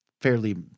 fairly